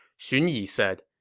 xun yi said,